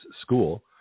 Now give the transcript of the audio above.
school